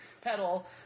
pedal